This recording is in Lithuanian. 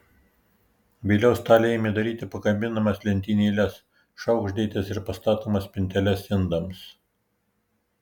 vėliau staliai ėmė daryti pakabinamas lentynėles šaukštdėtes ir pastatomas spinteles indams